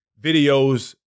videos